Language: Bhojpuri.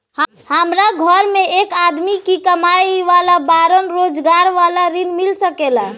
हमरा घर में एक आदमी ही कमाए वाला बाड़न रोजगार वाला ऋण मिल सके ला?